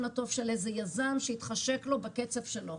הטוב של איזה יזם שיתחשק לו בקצב שלו.